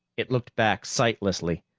it looked back sightlessly,